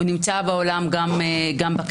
הוא נמצא בעולם גם בכנסת.